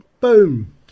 Boom